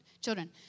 children